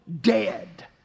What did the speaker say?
dead